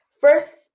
First-